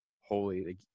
holy